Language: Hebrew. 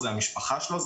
המשפחה שלו,